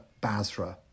Basra